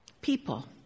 people